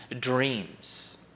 dreams